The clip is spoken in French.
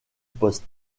post